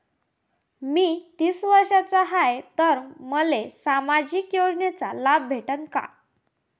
मी तीस वर्षाचा हाय तर मले सामाजिक योजनेचा लाभ भेटन का?